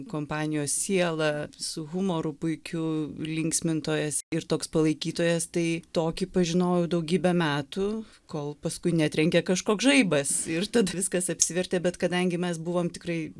kompanijos siela su humoru puikiu linksmintojas ir toks palaikytojas tai tokį pažinojau daugybę metų kol paskui netrenkė kažkoks žaibas ir tada viskas apsivertė bet kadangi mes buvom tikrai